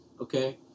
okay